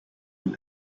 will